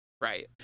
right